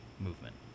movement